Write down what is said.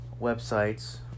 websites